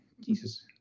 Jesus